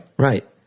Right